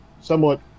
somewhat